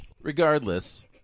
Regardless